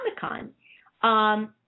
Comic-Con